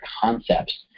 concepts